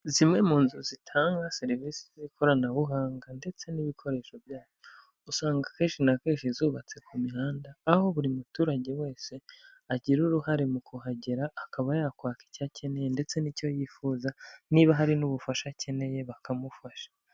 Zimwe mu nzu zitanga serivisi z'ikoranabuhanga ndetse n'ibikoresho byabyo, usanga akenshi na kenshi zubatse ku mihanda, aho buri muturage wese agira uruhare mu kuhagera akaba yakwaka icyo akeneye ndetse n'icyo yifuza, niba hari n'ubufasha akeneye bakamufasha.